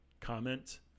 comment